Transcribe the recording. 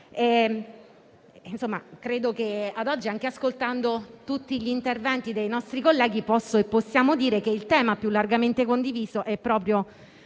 Governo. Credo che, anche ascoltando tutti gli interventi dei nostri colleghi, possiamo dire che il tema più largamente condiviso è proprio